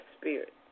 spirit